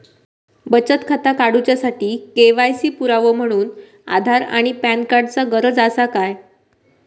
बचत खाता काडुच्या साठी के.वाय.सी पुरावो म्हणून आधार आणि पॅन कार्ड चा गरज आसा काय?